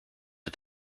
het